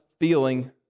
feeling